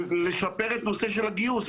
לשפר את הנושא של הגיוס.